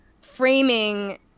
framing